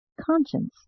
conscience